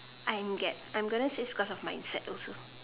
I'm get I'm gonna say it's cause of mindset also